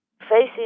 facing